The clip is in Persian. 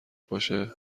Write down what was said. باشه